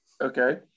Okay